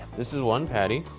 this is one patty.